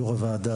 יו"ר הוועדה,